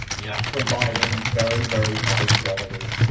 yeah providing very, very high quality,